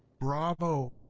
bravo!